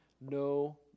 no